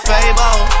Fable